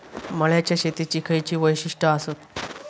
मळ्याच्या शेतीची खयची वैशिष्ठ आसत?